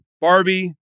Barbie